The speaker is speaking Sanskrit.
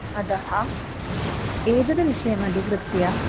अदः एतत् विषयमधिकृत्य